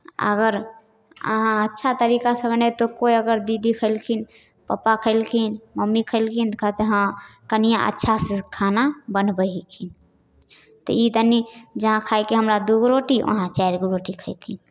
अगर अहाँ अच्छा तरीकासँ बनायब तऽ कोइ अगर दीदी खयलखिन पप्पा खयलखिन मम्मी खयलखिन तऽ कहतै हँ कनिआँ अच्छासँ खाना बनबै हथिन ई जहाँ खायके हमरा दू गो रोटी वहाँ चारि गो रोटी खयथिन